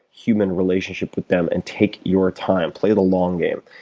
human relationship with them and take your time. play the long game.